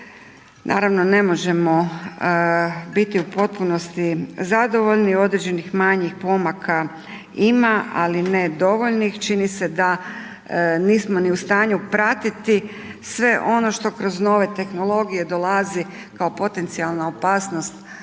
naravno ne možemo biti u potpunosti zadovoljni, određenih manjih pomaka ima, ali ne dovoljnih, čini se da nismo ni u stanju pratiti sve ono što kroz nove tehnologije dolazi kao potencijalna opasnost